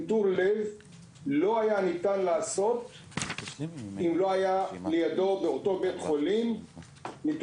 אז ספציפית לגבי בית החולים העמק,